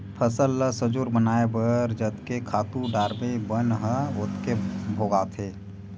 फसल ल सजोर बनाए बर जतके खातू डारबे बन ह ओतके भोगाथे